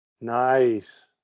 Nice